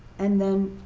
and then,